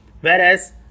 Whereas